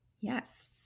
Yes